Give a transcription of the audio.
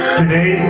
today